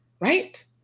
right